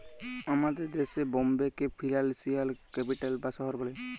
আমাদের দ্যাশে বম্বেকে ফিলালসিয়াল ক্যাপিটাল বা শহর ব্যলে